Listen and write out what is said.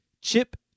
Chip